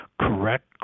correct